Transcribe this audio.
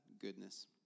goodness